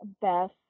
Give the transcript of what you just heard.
best